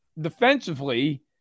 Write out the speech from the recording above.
defensively